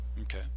Okay